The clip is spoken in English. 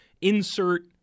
insert